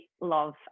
love